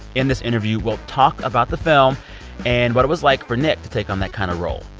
in this interview, we'll talk about the film and what it was like for nick to take on that kind of role.